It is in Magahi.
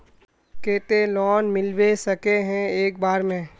केते लोन मिलबे सके है एक बार में?